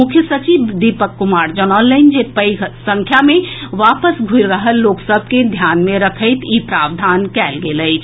मुख्य सचिव दीपक कुमार जनौलनि जे पैघ संख्या मे वापस घूरि रहल लोक सभ के ध्यान मे रखैत ई प्रावधान कएल गेल अछि